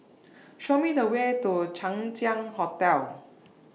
Show Me The Way to Chang Ziang Hotel